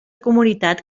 comunitat